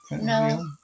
No